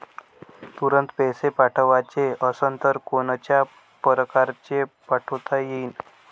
तुरंत पैसे पाठवाचे असन तर कोनच्या परकारे पाठोता येईन?